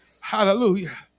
Hallelujah